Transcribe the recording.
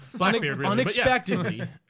unexpectedly